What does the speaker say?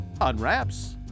Unwraps